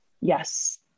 Yes